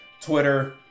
Twitter